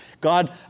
God